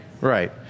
Right